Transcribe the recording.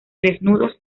desnudos